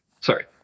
Sorry